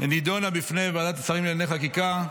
נידונה בפני ועדת השרים לענייני חקיקה,